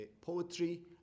Poetry